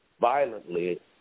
violently